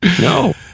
no